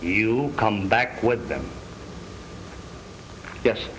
you come back with them yes